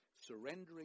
Surrendering